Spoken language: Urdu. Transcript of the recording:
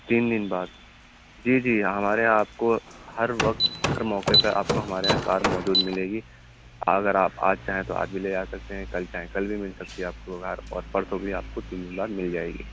تین دِن بعد جی جی ہمارے یہاں آپ کو ہر وقت ہر موقع پہ آپ کو ہمارے یہاں کار موجود ملے گی اگر آپ آج چاہیں تو آج بھی لے جا سکتے ہیں کل چاہیں کل بھی مل سکتی ہے آپ کو کار اور پرسو بھی آپ کو تین دِن بعد مل جائے گی